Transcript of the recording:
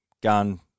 gun